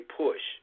push